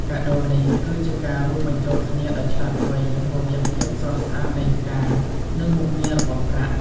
កាដូនេះ គឺជាការរួមបញ្ចូលគ្នាដ៏ឆ្លាតវៃរវាងភាពស្រស់ស្អាតនៃផ្កា និងមុខងាររបស់ប្រាក់។